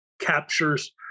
captures